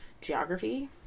geography